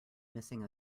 missing